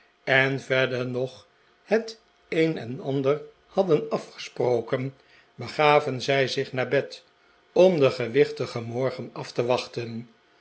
en verder nog het een eh ander hadden afgesproken begaven zij zich naar bed om den gewichtigen morgen af te wachten